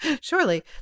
Surely